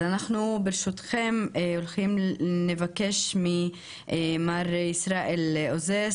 אז אנחנו ברשותכם נבקש ממר ישראל עוזר,